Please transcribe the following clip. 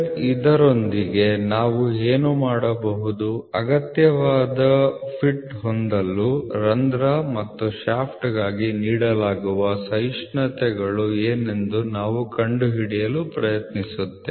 ಇದರೊಂದಿಗೆ ನಾವು ಏನು ಮಾಡಬಹುದು ಅಗತ್ಯವಾದ ಫಿಟ್ ಹೊಂದಲು ರಂಧ್ರ ಮತ್ತು ಶಾಫ್ಟ್ಗಾಗಿ ನೀಡಲಾಗುವ ಸಹಿಷ್ಣುತೆಗಳು ಏನೆಂದು ನಾವು ಕಂಡುಹಿಡಿಯಲು ಪ್ರಯತ್ನಿಸುತ್ತೇವೆ